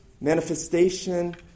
manifestation